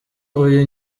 uyu